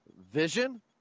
Vision